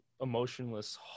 emotionless